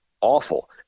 awful